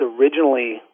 originally